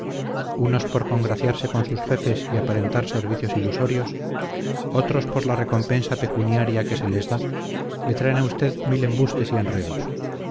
unos por congraciarse con sus jefes y aparentar servicios ilusorios otros por la recompensa pecuniaria que se les da le traen a usted mil embustes y enredos